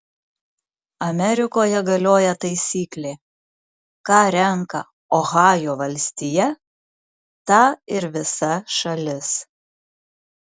amerikoje galioja taisyklė ką renka ohajo valstija tą ir visa šalis